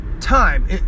time